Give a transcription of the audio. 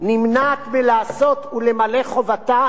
נמנעת מלעשות ולמלא חובתה